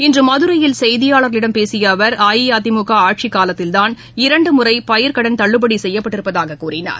இன்றுமதுரையில் செய்தியாளர்களிடம் பேசியஅவர் அஇஅதிமுகஆட்சிக்காலத்தில்தான் இரண்டுமுறைபயிர்க்கடன் தள்ளுபடிசெய்யப்பட்டிருப்பதாகக் கூறினார்